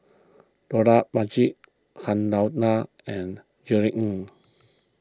Dollah Majid Han Lao Da and Jerry Ng